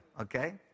okay